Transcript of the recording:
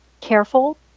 careful